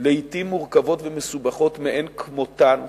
שהן לעתים מורכבות ומסובכות מאין כמותן,